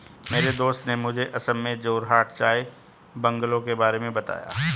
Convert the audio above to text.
मेरे दोस्त ने मुझे असम में जोरहाट चाय बंगलों के बारे में बताया